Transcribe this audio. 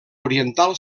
oriental